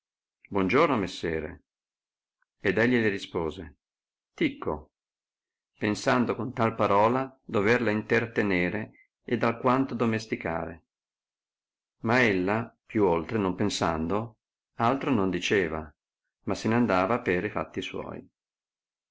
giorno messere ed egli le rispose ticco pensando con tal parola doverla intertenere ed alquanto domesticare ma ella più oltre non pensando altro non diceva ma se ne andava per e fatti suoi